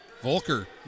Volker